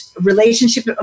relationship